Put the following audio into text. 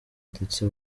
ndetse